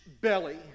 belly